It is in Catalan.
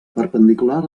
perpendicular